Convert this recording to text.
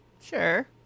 Sure